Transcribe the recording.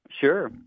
Sure